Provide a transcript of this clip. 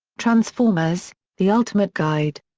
transformers the ultimate guide.